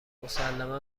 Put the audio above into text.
مسلما